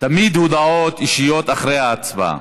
תמיד הודעות אישיות אחרי ההצבעה.